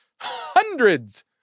hundreds